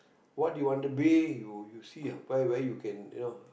what you want to be you you see where where you can you know